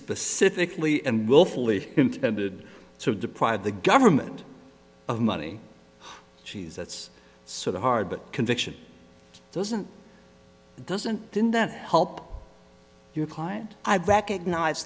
specifically and willfully intended to deprive the government of money she's that's sort of hard but conviction doesn't doesn't didn't then help your client i recogni